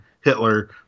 Hitler